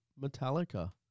Metallica